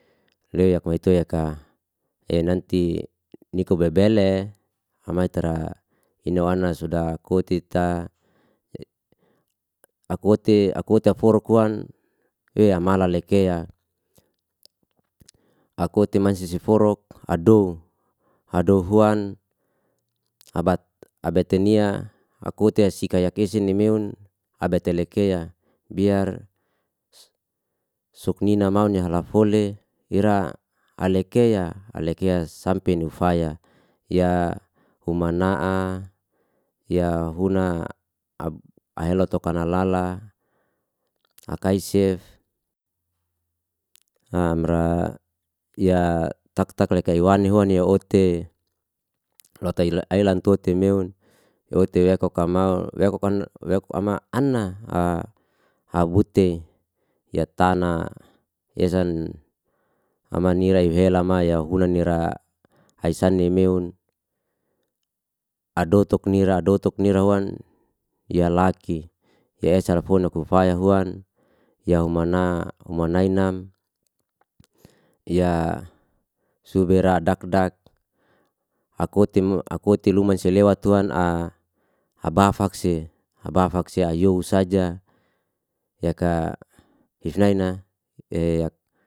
Le yak watoi ya ka ye nanti niko bebe le, amai tara ina wan suda kotita. Aku wote afouk kuan amala lekea. Aku wote mansi si forok, ado ado hoan abate nia aku wote sika yakesi ni meun abatele keya, biar suk nina mahun ya hala fole, ira ale keya sampe nufaya. Ya uma na'a, ya huna ahelo toka nalala, akaisef, amra ya tak lek eiwa ni hoan nia ote lota ailan tote meun, ote weka kau maul, we ku kan ama anna awute ya tana ye san ama nirai helama ya hunan nira aisani meun, adotuk nira wan ya laki. Ya esalfu na kufaya huan, yahu mana hu manai inam, ya subera dakdak, aku wote mo aku wote luman sia lewat tuhan aba fakse you saja yaka isnaina yak.